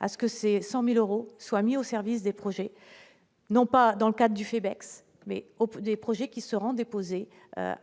à ce que ces 100000 euros soit mis au service des projets non pas dans le cas du FedEx mais hop des projets qui se rend